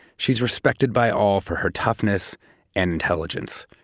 she's respected by all for her toughness and intelligence.